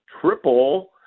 triple